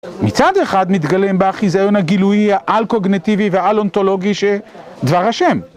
מצד אחד מתגלם בחיזיון הגילוי העל קוגנטיבי ועל אונתולוגי שדבר השם